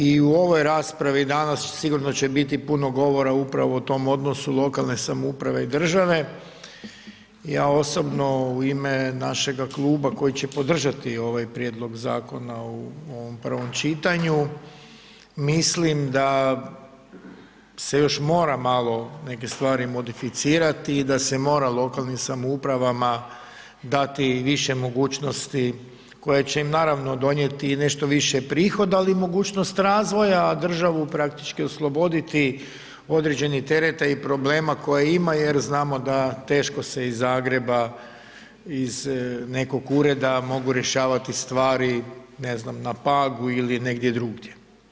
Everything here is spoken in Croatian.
I u ovoj raspravi danas sigurno će biti puno govora upravo o tom odnosu lokalne samouprave i države, ja osobno u ime našega kluba koji će podržati ovaj prijedlog zakona u ovom prvom čitanju, mislim da se još mora malo neke stvari modificirati i da se mora lokalnim samoupravama dati više mogućnosti koje će im naravno, donijeti i nešto više prihoda, ali i mogućnost razvoja, državu praktički osloboditi određenih tereta i problema koja ima jer znamo da teško se iz Zagreba, iz nekog ureda mogu rješavati stvari, ne znam, na Pagu ili negdje drugdje.